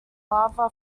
lava